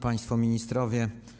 Państwo Ministrowie!